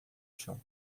chão